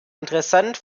interessant